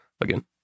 again